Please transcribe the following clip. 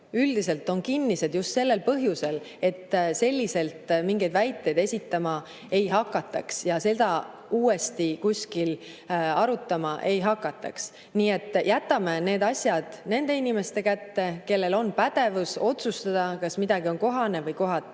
üldiselt on kinnised just sellel põhjusel, et selliselt mingeid väiteid esitama ei hakataks ja seda uuesti kuskil arutama ei hakataks. Nii et jätame need asjad nende inimeste kätte, kellel on pädevus otsustada, kas miski on kohane või kohatu.